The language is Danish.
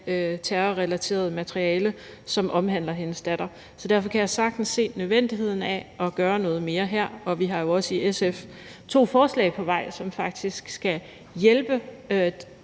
terrorrelateret materiale, som omhandler hendes datter. Så derfor kan jeg sagtens se nødvendigheden af at gøre noget mere her, og vi har jo i SF også to forslag på vej, som faktisk skal hjælpe